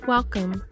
Welcome